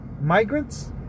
migrants